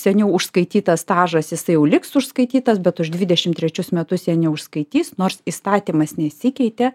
seniau užskaitytas stažas jisai jau liks užskaitytas bet už dvidešim trečius metus jie neužskaitys nors įstatymas nesikeitė